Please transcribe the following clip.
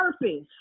purpose